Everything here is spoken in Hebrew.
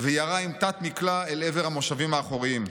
וירה בתת-מקלע אל עבר המושבים האחוריים.